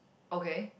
okay